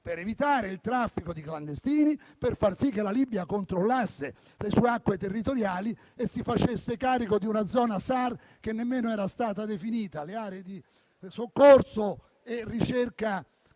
per evitare il traffico di clandestini e fare sì che la Libia controllasse le sue acque territoriali e si facesse carico di una zona Sar che nemmeno era stata definita, un'area di soccorso e ricerca dei